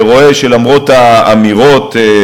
רואה שלמרות האמירות,